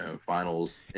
finals